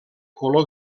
color